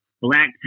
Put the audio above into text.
black